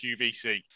QVC